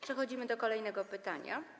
Przechodzimy do kolejnego pytania.